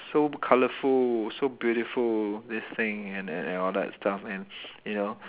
so colourful so beautiful this thing and and all that stuff and you know